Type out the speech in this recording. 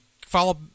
follow